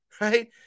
right